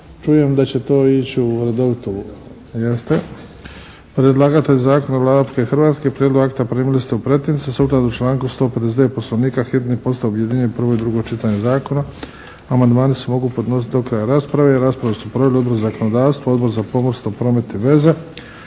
čujem da će to ići u redovitu. Jeste. Predlagatelj zakona je Vlada Republike Hrvatske. Prijedlog akta primili ste u pretince. Sukladno članku 159. Poslovnika hitni postupak objedinjuje prvo i drugo čitanje zakona. Amandmani se mogu podnositi do kraja rasprave. Raspravu su proveli Odbor za zakonodavstvo, Odbor za pomorstvo, promet i veze.